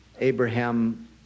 Abraham